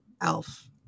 Elf